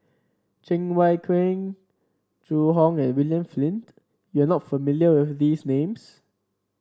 Cheng Wai Keung Zhu Hong and William Flint you are not familiar with these names